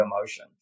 emotion